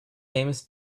famous